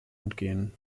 entgehen